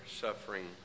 suffering